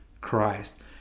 Christ